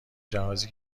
جهازی